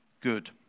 good